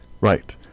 Right